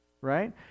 right